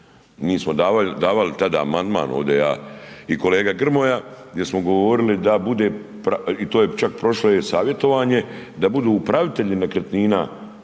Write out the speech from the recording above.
Mi smo davali tada amandman ovdje, ja i kolega Grmoja gdje smo govorili da bude i to je čak prošlo i savjetovanje, da budu upravitelji nekretnina, ako je